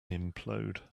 implode